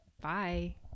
Bye